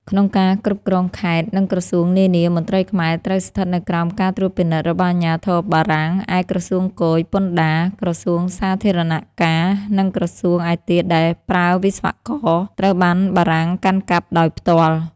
ក្នុងការគ្រប់គ្រងខេត្ត និងក្រសួងនានា មន្ត្រីខ្មែរត្រូវស្ថិតនៅក្រោមការត្រួតពិនិត្យរបស់អាជ្ញាធរបារាំង ឯក្រសួងគយ ពន្ធដារ ក្រសួងសាធារណការ និងក្រសួងឯទៀតដែលប្រើវិស្វករ ត្រូវបានបារាំងកាន់កាប់ដោយផ្ទាល់។